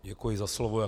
Děkuji za slovo.